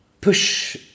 push